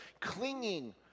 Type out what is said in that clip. clinging